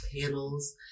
panels